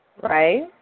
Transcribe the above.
right